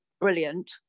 brilliant